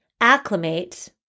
acclimate